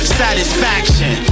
satisfaction